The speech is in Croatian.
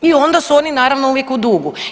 I onda su oni naravno uvijek u dugu.